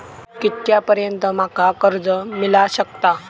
कितक्या पर्यंत माका कर्ज मिला शकता?